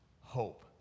hope